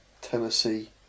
Tennessee